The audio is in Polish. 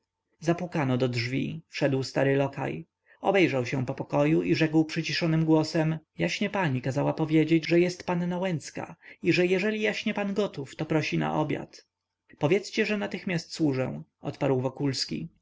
zapukano do drzwi wszedł stary lokaj obejrzał się po pokoju i rzekł przyciszonym głosem jaśnie pani kazała powiedzieć że jest panna łęcka i że jeżeli jaśnie pan gotów to prosi na obiad powiedzcie że natychmiast służę odparł wokulski